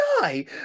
die